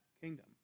kingdom